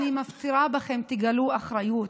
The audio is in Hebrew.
אני מפצירה בכם: תגלו אחריות.